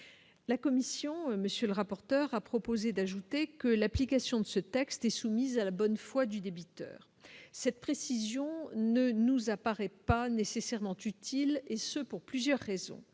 La Commission, monsieur le rapporteur a proposé d'ajouter que l'application de ce texte est soumise à la bonne foi du débiteur, cette précision ne nous apparaît pas nécessairement utile et ce pour plusieurs raisons